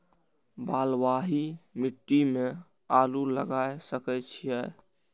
बलवाही मिट्टी में आलू लागय सके छीये?